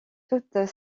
toutes